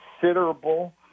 considerable